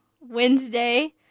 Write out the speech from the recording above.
Wednesday